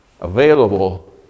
available